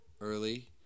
early